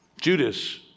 Judas